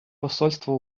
посольство